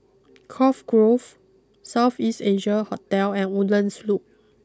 Cove Grove South East Asia Hotel and Woodlands Loop